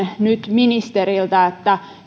ministeriltä